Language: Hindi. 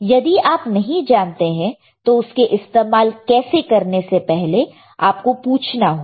यदि आप नहीं जानते हैं तो उसके इस्तेमाल करने से पहले आपको पूछना होगा